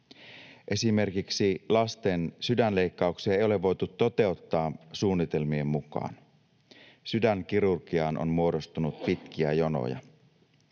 Esimerkiksi lasten sydänleikkauksia ei ole voitu toteuttaa suunnitelmien mukaan, sydänkirurgiaan on muodostunut pitkiä jonoja.